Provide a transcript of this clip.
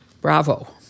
Bravo